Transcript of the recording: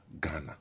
Ghana